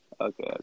okay